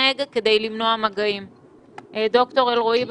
משפט לסיום, כתושבת דרום טיפלתי